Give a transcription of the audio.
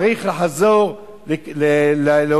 צריך להחזיר לאותן